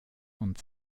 und